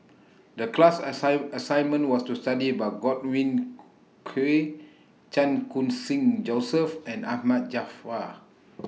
The class assign assignment was to study about Godwin Koay Chan Khun Sing Joseph and Ahmad Jaafar